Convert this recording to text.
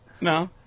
No